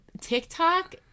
TikTok